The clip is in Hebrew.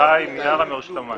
אני מרשות המים.